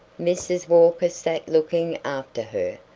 mrs. walker sat looking after her,